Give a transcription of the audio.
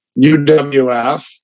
UWF